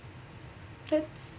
that's